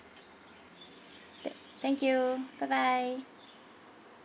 th~ thank you bye bye